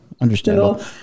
Understandable